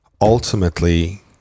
ultimately